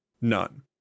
none